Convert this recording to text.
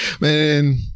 Man